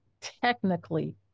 technically